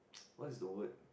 what is the word